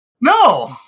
No